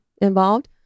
involved